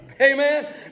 Amen